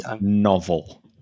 novel